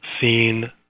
seen